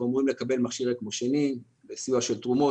אנחנו אמורים לקבל מכשיר אקמו שני בסיוע של תרומות.